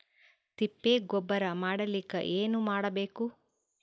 ತಿಪ್ಪೆ ಗೊಬ್ಬರ ಮಾಡಲಿಕ ಏನ್ ಮಾಡಬೇಕು?